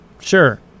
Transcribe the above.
Sure